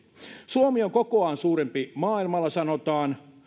suomi on kokoaan suurempi maailmalla sanotaan